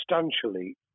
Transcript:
substantially